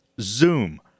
Zoom